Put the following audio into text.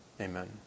Amen